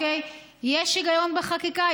יש היגיון בחקיקה,